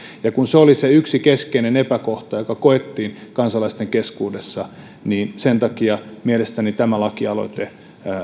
ja kun se oli se yksi keskeinen asia joka koettiin kansalaisten keskuudessa epäkohdaksi niin sen takia mielestäni tämä lakialoite